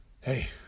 hey